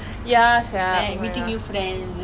I believe everything happens for a reason lah